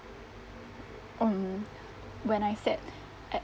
um when I set at